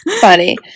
funny